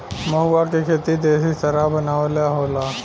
महुवा के खेती देशी शराब बनावे ला होला